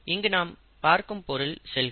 இங்கு நாம் பார்க்கும் பொருள் செல்கள்